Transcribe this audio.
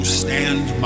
stand